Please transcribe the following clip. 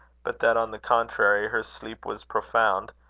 but that on the contrary her sleep was profound,